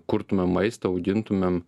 kurtume maistą augintumėm